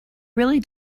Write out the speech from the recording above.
really